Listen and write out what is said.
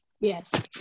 yes